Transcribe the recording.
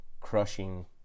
crushing